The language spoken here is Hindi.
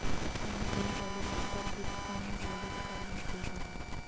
मैंने तुम्हें टेलीग्राम पर बिटकॉइन वॉलेट का लिंक भेजा है